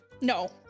No